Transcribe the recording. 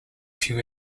few